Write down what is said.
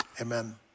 amen